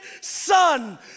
son